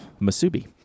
Masubi